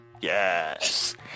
Yes